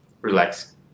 relax